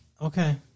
okay